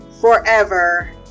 forever